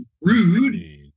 rude